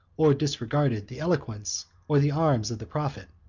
or disregarded, the eloquence or the arms of the prophet.